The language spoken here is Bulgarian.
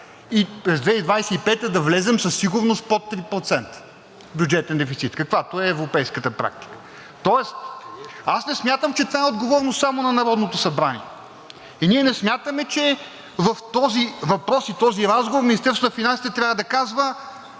и през 2025 г. да влезем със сигурност под 3% бюджетен дефицит, каквато е европейската практика. Тоест аз не смятам, че това е отговорност само на Народното събрание. И ние не смятаме, че в този въпрос и в този разговор Министерството на финансите трябва да казва: